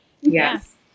yes